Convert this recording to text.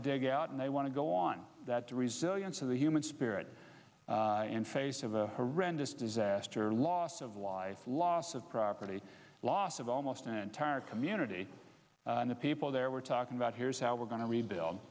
to dig it out and they want to go on that to resistance of the human spirit in face of a horrendous disaster loss of life loss of property loss of almost an entire community and the people there we're talking about here is how we're going to rebuild